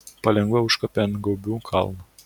palengva užkopė ant gaubių kalno